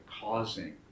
causing